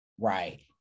Right